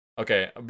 Okay